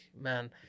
man